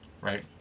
Right